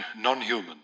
non-human